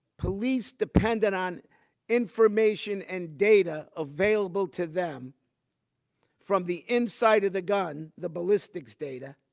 police dependent on information and data available to them from the inside of the gun, the ballistics data,